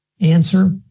answer